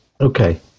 Okay